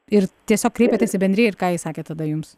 ir tiesiog kreipiatės į bendriją ir ką jis sakė tada jums